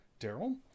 Daryl